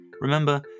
Remember